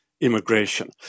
immigration